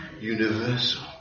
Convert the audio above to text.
Universal